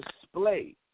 display